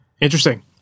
Interesting